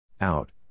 Out